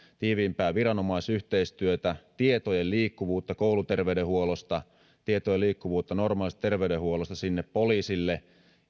tiiviimpää viranomaisyhteistyötä tietojen liikkuvuutta kouluterveydenhuollosta tietojen liikkuvuutta normaalista terveydenhuollosta sinne poliisille